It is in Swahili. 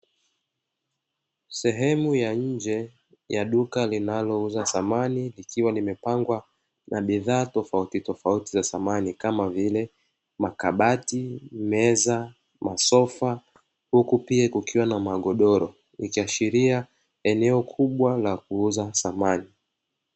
Sehemu ya nje ya duka linalouza samani likiwa limepangwa na bidhaa tofautitofauti za samani kama vile makabati, meza, masofa huku pia kukiwa na magodoro, ikiashiria eneo kubwa la kuuza samani.